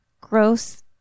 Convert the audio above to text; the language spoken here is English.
gross